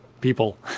people